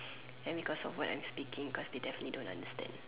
and because of what I'm speaking because they definitely don't understand